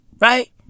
Right